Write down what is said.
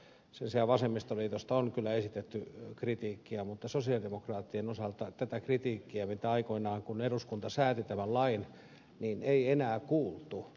sen sijaan vasemmistoliitosta on kyllä esitetty kritiikkiä mutta sosialidemokraattien osalta tätä kritiikkiä mitä oli aikoinaan kun eduskunta sääti tämän lain ei enää kuultu